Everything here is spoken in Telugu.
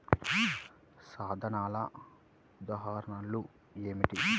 సాధనాల ఉదాహరణలు ఏమిటీ?